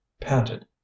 panted